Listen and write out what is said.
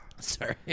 sorry